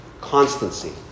constancy